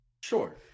Sure